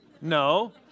No